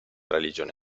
religioni